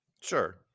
Sure